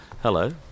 Hello